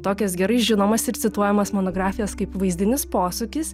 tokias gerai žinomas ir cituojamas monografijas kaip vaizdinis posūkis